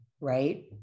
Right